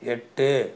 எட்டு